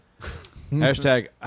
Hashtag